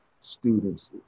students